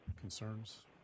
concerns